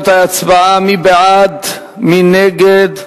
בעד, מי נגד?